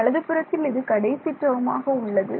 வலதுபுறத்தில் இது கடைசி டேர்மாக உள்ளது